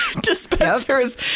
dispensers